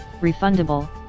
refundable